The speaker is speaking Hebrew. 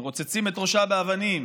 מרוצצים את ראשה באבנים.